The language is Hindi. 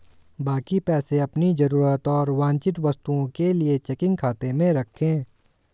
बाकी पैसे अपनी जरूरत और वांछित वस्तुओं के लिए चेकिंग खाते में रखें